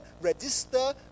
register